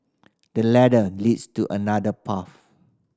the ladder leads to another path